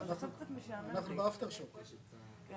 אני